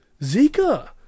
Zika